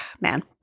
man